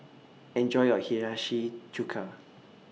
Enjoy your Hiyashi Chuka